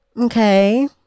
okay